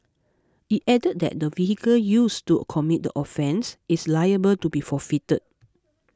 it added that the vehicle used to commit the offence is liable to be forfeited